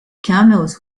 camels